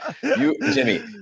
Jimmy